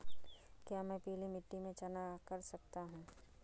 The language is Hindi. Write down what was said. क्या मैं पीली मिट्टी में चना कर सकता हूँ?